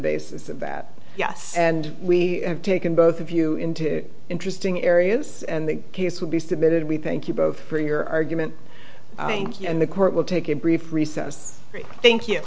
basis of that yes and we have taken both of you into interesting areas and the case will be submitted we thank you both for your argument and the court will take a brief recess thank you